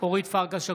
אורית פרקש הכהן,